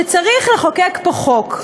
שצריך לחוקק פה חוק.